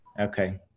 Okay